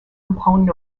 component